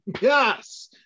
Yes